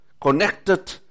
connected